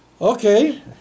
Okay